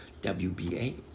WBA